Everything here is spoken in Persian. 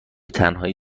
تنهایی